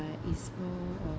it's more of